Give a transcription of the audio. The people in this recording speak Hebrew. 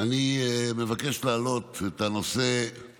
אני מבקש להעלות את הנושא של